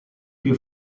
più